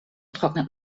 trocknet